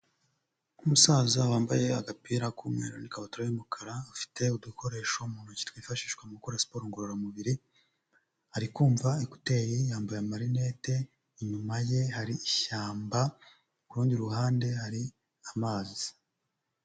Umusaza wambaye agapira k'umweru n'ikabutura y'umukara ufite udukoresho mu ntoki twifashishwa mu gukora siporo ngororamubiri, ari kumva ekuteri, yambaye amarinete inyuma ye hari ishyamba, ku rundi ruhande hari amazi.